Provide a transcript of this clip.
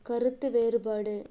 கருத்து வேறுபாடு